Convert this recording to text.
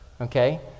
okay